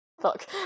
Fuck